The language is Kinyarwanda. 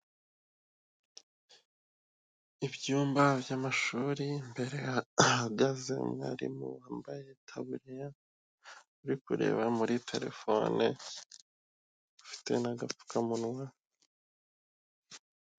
Ibyumba by'amashuri imbere hahagaze umwarimu wambaye itaburiya, uri kureba muri telefone, ufite n'agapfukamunwa.